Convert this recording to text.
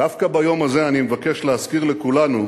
דווקא ביום הזה אני מבקש להזכיר לכולנו